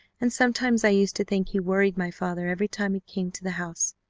and sometimes i used to think he worried my father every time he came to the house.